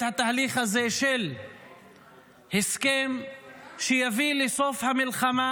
התהליך הזה של הסכם שיביא לסוף המלחמה,